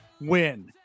win